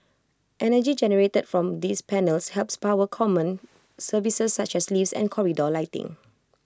energy generated from these panels helps power common services such as lifts and corridor lighting